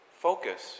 focus